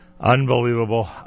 Unbelievable